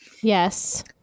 Yes